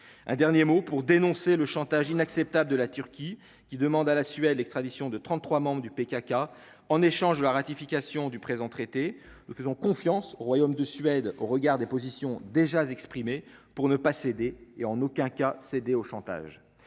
un dernier mot pour dénoncer le chantage inacceptable de la Turquie, qui demande à la Suède, l'extradition de 33 membres du PKK en échange de la ratification du présent traité nous faisons confiance au royaume de Suède au regard des positions déjà exprimées pour ne pas céder et en aucun cas céder au chantage,